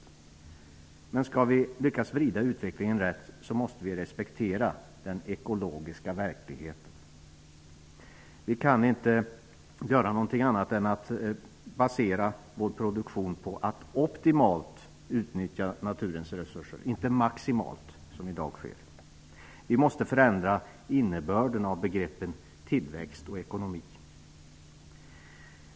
Om vi skall lyckas vrida utvecklingen rätt måste vi respektera den ekologiska verkligheten. Vi kan inte göra något annat än att basera vår produktion på att utnyttja naturens resurser optimalt -- inte maximalt, vilket sker i dag. Vi måste förändra innebörden av begreppen tillväxt och ekonomi.